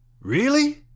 Really